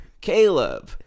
Caleb